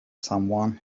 someone